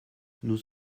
nous